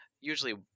usually